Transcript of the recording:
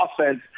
offense